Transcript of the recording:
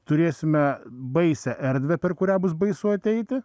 turėsime baisią erdvę per kurią bus baisu ateiti